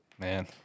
Man